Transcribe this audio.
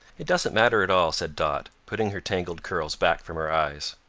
it doesn't matter at all, said dot, putting her tangled curls back from her eyes.